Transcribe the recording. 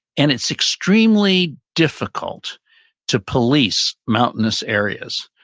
and it's extremely difficult to police mountainous areas.